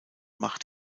macht